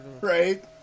Right